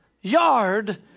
yard